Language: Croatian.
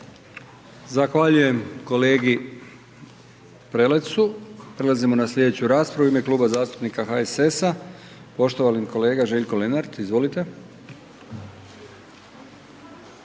Zahvaljujem kolegi Prelecu. Prelazimo na sljedeću raspravu u ime Kluba HSS-a, poštovani kolega Željko Lenart, izvolite.